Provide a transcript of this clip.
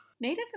Native